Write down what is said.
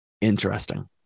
Interesting